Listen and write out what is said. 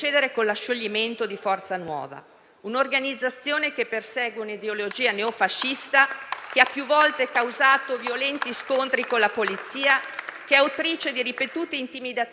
Sono imprenditori che chiedono di poter lavorare in sicurezza per sé e per i propri dipendenti, nel totale rispetto delle regole, per la salvaguardia della salute propria e dei rispettivi clienti,